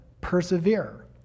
persevere